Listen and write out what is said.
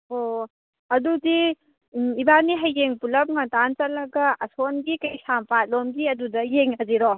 ꯑꯣ ꯑꯗꯨꯗꯤ ꯏꯕꯥꯅꯤ ꯍꯌꯦꯡ ꯄꯨꯂꯞ ꯉꯟꯇꯥꯅ ꯆꯠꯂꯒ ꯑꯁꯣꯟꯒꯤ ꯀꯩꯁꯥꯝꯄꯥꯠꯂꯣꯝꯒꯤ ꯑꯗꯨꯗ ꯌꯦꯡꯉꯁꯤꯔꯣ